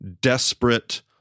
desperate